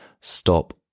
stop